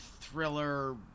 thriller